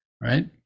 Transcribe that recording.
right